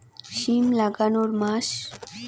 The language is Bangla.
সিম লাগানোর মাস?